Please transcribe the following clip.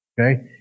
Okay